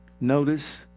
Notice